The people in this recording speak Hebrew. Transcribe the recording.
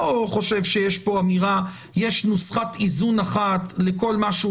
חושב שיש פה אמירה שיש נוסחת איזון אחת לכל מה שהוא